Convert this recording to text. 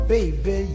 Baby